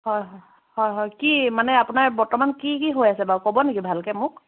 হয় হ হয় হয় কি মানে আপোনাৰ বৰ্তমান কি কি হৈ আছে বাৰু ক'ব নেকি ভালকৈ মোক